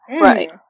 Right